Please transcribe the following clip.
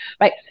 right